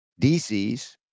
DCs